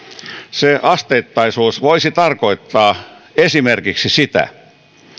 se asteittaisuus voisi tarkoittaa esimerkiksi sitä